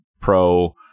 pro